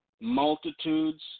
multitudes